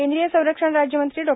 केंद्रीय संरक्षण राज्यमंत्री डॉ